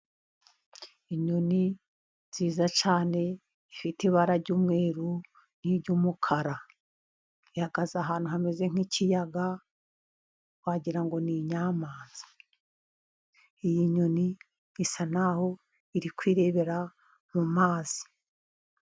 Inyoni nziza cyane ifite ibara ry'umweru n'iry'umukara, ihagaze ahantu hameze nk'ikiyaga. Wagira ngo ni inyamanza. Iyi nyoni isa naho iri kwirebera mu mazi.